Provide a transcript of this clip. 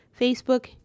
Facebook